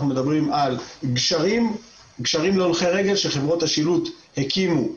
על גשרים להולכי רגל שחברות השילוט הקימו,